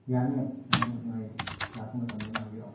ꯌꯥꯅꯤꯌꯦ ꯑꯗꯨꯝ ꯅꯣꯏ ꯂꯥꯛꯄ ꯃꯇꯝꯗ ꯑꯗꯨꯝ ꯍꯥꯏꯕꯤꯔꯛꯑꯣ